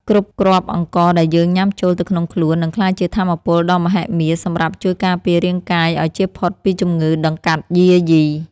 គ្រប់គ្រាប់អង្ករដែលយើងញ៉ាំចូលទៅក្នុងខ្លួននឹងក្លាយជាថាមពលដ៏មហិមាសម្រាប់ជួយការពាររាងកាយឱ្យជៀសផុតពីជំងឺតម្កាត់យាយី។